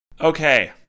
Okay